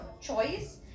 choice